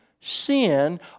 sin